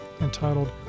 entitled